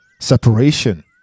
separation